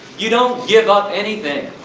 you don't give up anything!